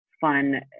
fun